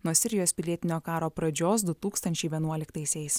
nuo sirijos pilietinio karo pradžios du tūkstančiai vienuoliktaisiais